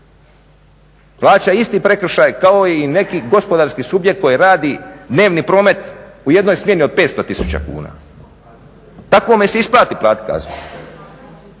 plaća isti prekršaj kao i neki gospodarski subjekt koji radi dnevni promet u jednoj smjeni od 500 tisuća kuna? Takvome se isplati platiti